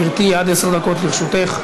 גברתי, עד עשר דקות לרשותך.